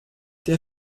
der